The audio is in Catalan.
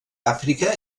àfrica